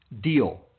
deal